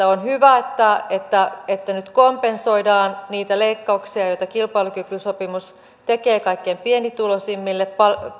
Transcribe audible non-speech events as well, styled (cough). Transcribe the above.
(unintelligible) on hyvä että että nyt kompensoidaan niitä leikkauksia joita kilpailukykysopimus tekee kaikkein pienituloisimmille